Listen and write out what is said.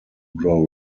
grow